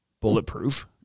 bulletproof